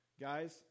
Guys